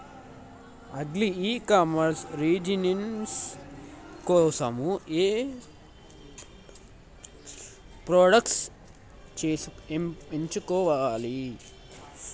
Agri e commerce business కోసము ఏ products ఎంచుకోవాలి?